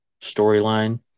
storyline